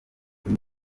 kuri